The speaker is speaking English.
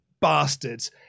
bastards